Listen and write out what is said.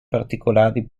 particolari